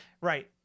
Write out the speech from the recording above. Right